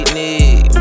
need